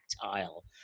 tactile